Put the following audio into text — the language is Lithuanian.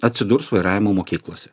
atsidurs vairavimo mokyklose